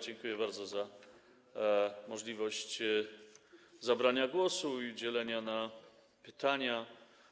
Dziękuję bardzo za możliwość zabrania głosu i udzielenia odpowiedzi na pytania